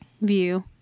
view